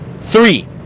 Three